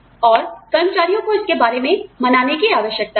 और कर्मचारियों को इसके बारे में मनाने की आवश्यकता है